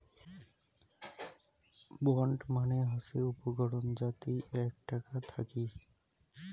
bond মানে হসে উপকরণ যাতি আক টাকা থাকি